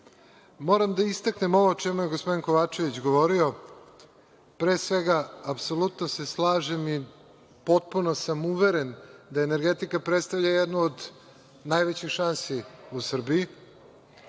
da istaknem ovo o čemu je gospodin Kovačević govorio. Pre svega, apsolutno se slažem i potpuno sam uveren da energetika predstavlja jednu od najvećih šansi u Srbiji,